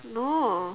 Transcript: no